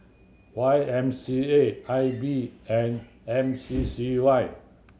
Y M C A I B and M C C Y